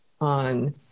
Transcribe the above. on